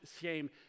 shame